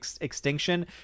Extinction